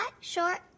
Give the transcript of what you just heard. short